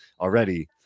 already